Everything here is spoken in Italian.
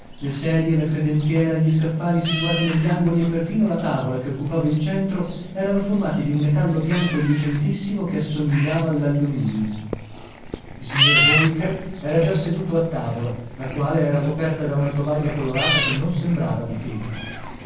le sedie la credenziera gli scaffali situati negli angoli e perfino la tavola che occupava il centro erano formati di un metallo bianco e lucentissimo che assomigliava all'alluminio il signor holker era già seduto a tavola la quale era coperta da una tovaglia colorata che non sembrava di tela